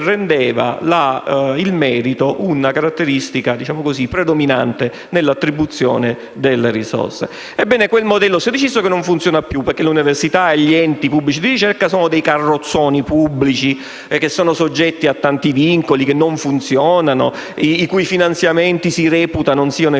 rendeva il merito una caratteristica predominante nell'attribuzione delle risorse. Si è deciso che quel modello non funziona più, perché l'università e gli enti pubblici di ricerca sono dei carrozzini pubblici soggetti a tanti vincoli, che non funzionano e i cui finanziamenti si reputa non siano efficaci.